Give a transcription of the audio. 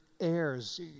heirs